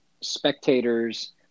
spectators